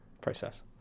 process